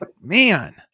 Man